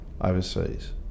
overseas